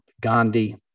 Gandhi